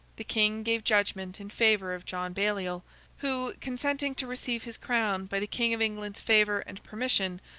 the king gave judgment in favour of john baliol who, consenting to receive his crown by the king of england's favour and permission,